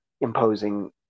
imposing